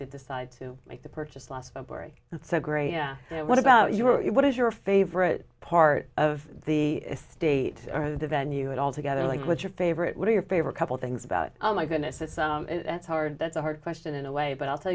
decide to make the purchase last february that's a great what about you what is your favorite part of the state or the venue it all together like what's your favorite what are your favorite couple things about oh my goodness it's hard that's a hard question in a way but i'll tell